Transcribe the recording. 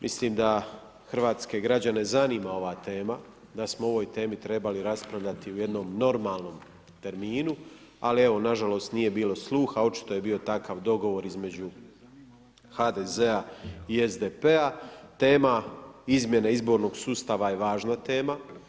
Mislim da hrvatske građane zanima ova tema, da smo o ovoj temi trebali raspravljati u jednom normalnom terminu, ali evo nažalost nije bilo sluha, očito je bio takav dogovor između HDZ-a i SDP-a, tema izmjene izbornog sustava je važna tema.